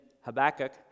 Habakkuk